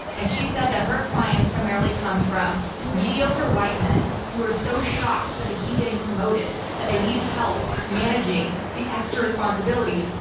and she said that her clients primarily come from mediocre white men who are so shocked that they keep getting promoted that they need help managing the extra responsibilities,